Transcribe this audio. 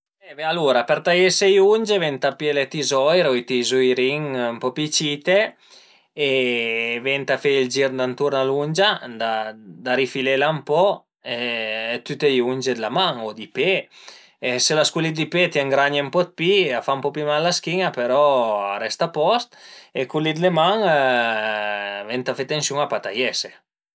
Alura per taiese i unge venta pìé le tizoire o i tizoirin ën po pi cite e venta fe ël gir d'anturn a l'ungia da rifilela ën po e tüte i unge d'la man o di pe e së l'as cule di pe t'ëngragne ën po dë pi, a fa ën po pi mal a la schin-a però a resta a post e cul li d'le man venta fe atensiun a pa taiese